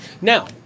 Now